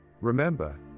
Remember